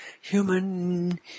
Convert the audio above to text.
human